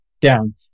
down